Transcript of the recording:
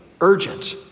urgent